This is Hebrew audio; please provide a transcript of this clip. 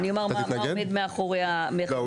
אני אומר מה עומד מאחורי --- לא,